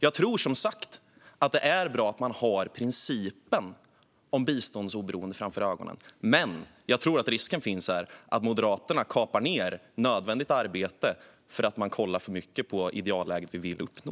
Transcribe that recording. Det är som sagt bra att ha principen om biståndsoberoende för ögonen, men jag tror att Moderaterna riskerar att kapa i nödvändigt arbete för att de kollar för mycket på det idealläge vi vill uppnå.